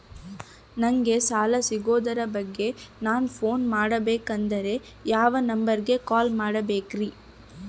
ನಂಗೆ ಸಾಲ ಸಿಗೋದರ ಬಗ್ಗೆ ನನ್ನ ಪೋನ್ ಮಾಡಬೇಕಂದರೆ ಯಾವ ನಂಬರಿಗೆ ಕಾಲ್ ಮಾಡಬೇಕ್ರಿ?